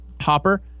Hopper